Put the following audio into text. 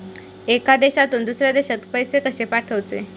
एका देशातून दुसऱ्या देशात पैसे कशे पाठवचे?